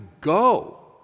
go